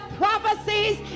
prophecies